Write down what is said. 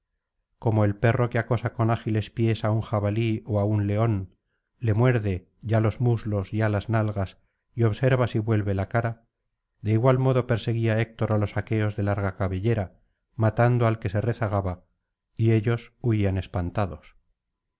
como el perro que acosa con ágiles pies á un jabalí ó á un león le muerde ya los muslos ya las nalgas y observa si vuelve la cara de igual modo perseguía héctor á los aqueos de larga cabellera matando al que se rezagaba y ellos huían esj